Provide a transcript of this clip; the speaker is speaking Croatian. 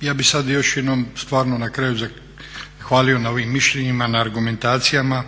Ja bih sad još jednom stvarno na kraju zahvalio na ovim mišljenjima, na argumentacijama